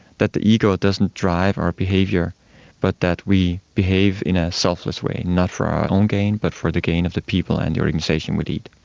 that the ego doesn't drive our behaviour but that we behave in a selfless way, not for our own gain but for the gain of the people and the organisation we lead.